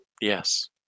Yes